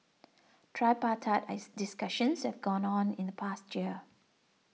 tripartite as discussions have gone on in the past year